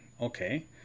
Okay